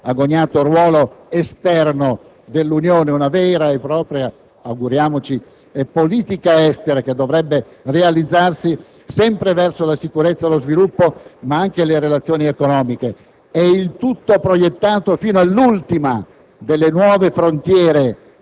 E poi questo tanto agognato ruolo esterno dell'Unione, una vera e propria - auguriamoci - politica estera che dovrebbe realizzarsi sempre verso la sicurezza e lo sviluppo, ma anche verso le relazioni economiche, il tutto proiettato fino all'ultima